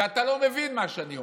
ואתה לא מבין מה שאני אומר,